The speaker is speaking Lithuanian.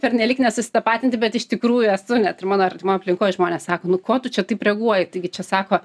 pernelyg nesusitapatinti bet iš tikrųjų esu net ir mano artimoj aplinkoj žmonės sako nu ko tu čia taip reaguoji taigi čia sako